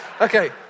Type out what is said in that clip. Okay